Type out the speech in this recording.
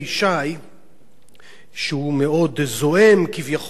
שהוא מאוד זועם כביכול על העניין הזה,